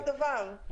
זה לא אותו דבר.